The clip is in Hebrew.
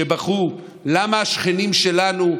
שבכו: למה השכנים שלנו,